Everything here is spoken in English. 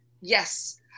Yes